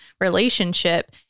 relationship